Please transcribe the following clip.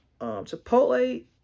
Chipotle